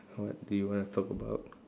what do you want to talk about